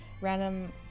random